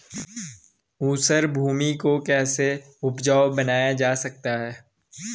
ऊसर भूमि को कैसे उपजाऊ बनाया जा सकता है?